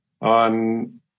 on